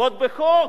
ועוד בחוק,